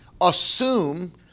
assume